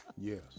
Yes